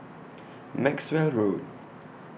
Maxwell Road